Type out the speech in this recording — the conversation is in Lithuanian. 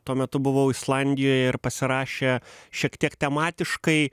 tuo metu buvau islandijoje ir pasirašė šiek tiek tematiškai